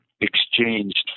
exchanged